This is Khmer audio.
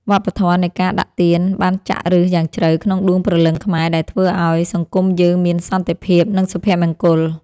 វប្បធម៌នៃការដាក់ទានបានចាក់ឫសយ៉ាងជ្រៅក្នុងដួងព្រលឹងខ្មែរដែលធ្វើឱ្យសង្គមយើងមានសន្តិភាព និងសុភមង្គល។